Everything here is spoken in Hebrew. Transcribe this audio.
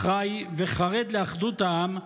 אחראי וחרד לאחדות העם,